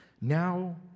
now